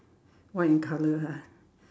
white in color ah